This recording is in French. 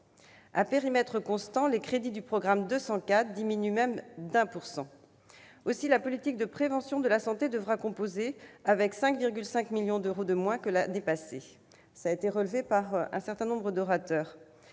À périmètre constant, les crédits du programme 204 diminuent même de 1 %. Aussi, la politique de prévention de la santé devra composer avec 5,5 millions d'euros de moins que l'année passée, comme l'ont déjà relevé un certain nombre d'orateurs.